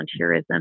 volunteerism